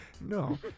No